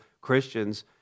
Christians